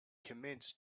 commenced